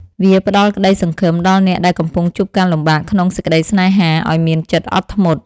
វាផ្ដល់ក្ដីសង្ឃឹមដល់អ្នកដែលកំពុងជួបការលំបាកក្នុងសេចក្ដីស្នេហា ឱ្យមានចិត្តអត់ធ្មត់។